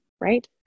right